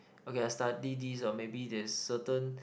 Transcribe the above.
okay I study this or maybe there's certain